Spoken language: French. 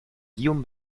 guillaume